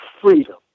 freedom